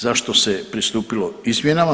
Zašto se pristupilo izmjenama?